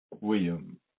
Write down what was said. William